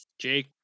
Jake